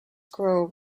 grove